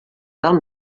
del